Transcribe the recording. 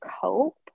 cope